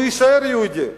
יישאר יהודי,